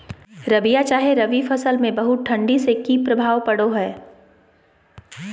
रबिया चाहे रवि फसल में बहुत ठंडी से की प्रभाव पड़ो है?